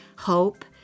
hope